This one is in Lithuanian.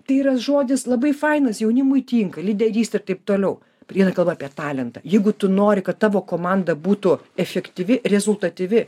tai yra žodis labai fainas jaunimui tinka lyderystė ir taip toliau prieina kalba apie talentą jeigu tu nori kad tavo komanda būtų efektyvi rezultatyvi